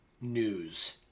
news